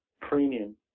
premium